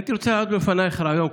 הייתי רוצה להעלות בפנייך רעיון.